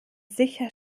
sicher